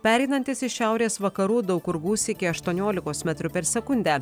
pereinantis į šiaurės vakarų daug kur gūsiai iki aštuoniolikos metrų per sekundę